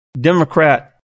Democrat